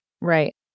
Right